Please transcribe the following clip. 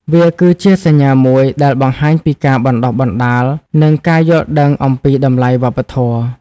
វាគឺជាសញ្ញាមួយដែលបង្ហាញពីការបណ្តុះបណ្តាល និងការយល់ដឹងអំពីតម្លៃវប្បធម៌។